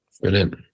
brilliant